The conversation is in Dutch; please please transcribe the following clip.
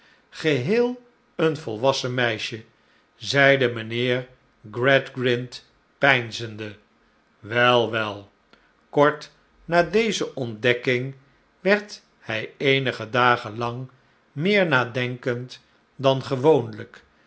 geheel een volwassen meisje zeide mijnheer gradgrind peinzende wel wel kort na deze ontdekking werd hij eenige dagen lang meer nadenkend dan gewoonlijk